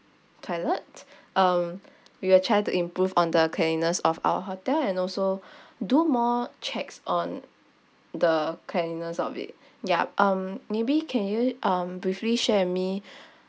toilet um we will try to improve on the cleanliness of our hotel and also do more checks on the cleanliness of it yup um maybe can you um briefly share with me